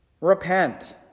Repent